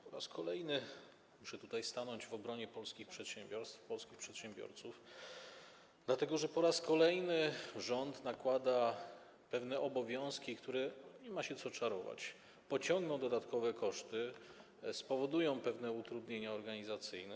Po raz kolejny muszę stanąć w obronie polskich przedsiębiorstw, polskich przedsiębiorców, dlatego że po raz kolejny rząd nakłada pewne obowiązki, które - nie ma się co czarować - pociągną dodatkowe koszty, spowodują pewne utrudnienia organizacyjne.